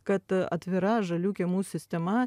kad atvira žalių kiemų sistema